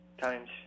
times